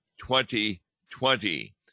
2020